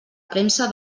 premsa